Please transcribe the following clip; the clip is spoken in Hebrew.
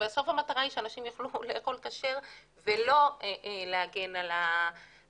בסוף המטרה היא שאנשים יוכלו לאכול כשר ולא להגן על הממסד,